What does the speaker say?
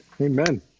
Amen